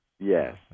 Yes